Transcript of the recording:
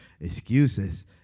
excuses